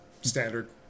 standard